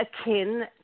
akin